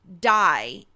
Die